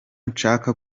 nshaka